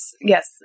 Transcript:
yes